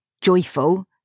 joyful